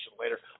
later